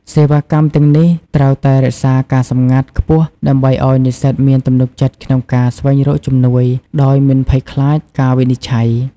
សេវាកម្មទាំងនេះត្រូវតែរក្សាការសម្ងាត់ខ្ពស់ដើម្បីឱ្យនិស្សិតមានទំនុកចិត្តក្នុងការស្វែងរកជំនួយដោយមិនភ័យខ្លាចការវិនិច្ឆ័យ។